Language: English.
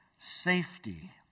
safety